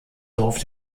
dorf